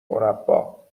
مربّا